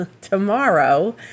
tomorrow